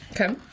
Okay